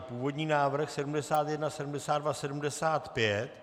Původní návrh 71, 72, 75.